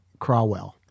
crawwell